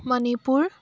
Manipur